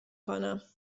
کنم